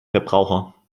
verbraucher